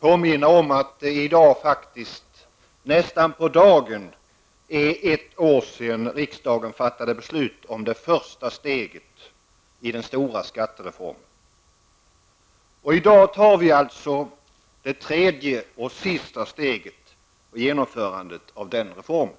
påminna om att det i dag, faktiskt nästan på dagen, är ett år sedan riksdagen fattade beslut om första steget i den stora skattereformen. I dag tar vi alltså det tredje och sista steget beträffande genomförandet av den reformen.